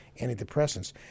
antidepressants